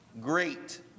Great